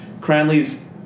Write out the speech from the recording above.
Cranley's